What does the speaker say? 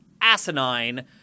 asinine